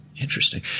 Interesting